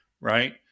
right